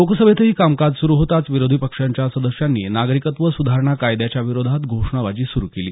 लोकसभेतही कामकाज सुरू होताच विरोधी पक्षाच्या सदस्यांनी नागरिकत्व सुधारणा कायद्याच्या विरोधात घोषणाबाजी सुरू केली